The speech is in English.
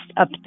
up